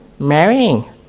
Marrying